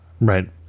Right